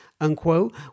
unquote